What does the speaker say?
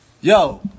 yo